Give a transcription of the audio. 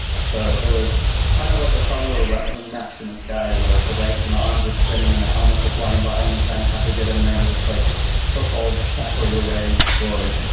so it was kind of like a fun little wrestling match in the sky where the legs and the arms are spending in, the helmets are flying by. and you kind of have to get in there and just like football, tackle your way to glory